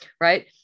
right